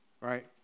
right